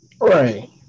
Right